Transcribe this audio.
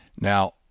Now